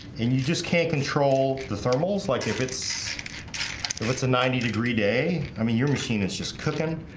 and you just can't control the thermals like if it's it's a ninety degree day. i mean your machine is just cooking